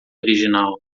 original